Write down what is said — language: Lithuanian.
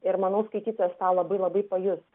ir manau skaitytojas tą labai labai pajus